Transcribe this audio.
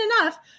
enough